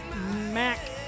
Mac